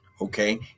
okay